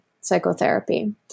psychotherapy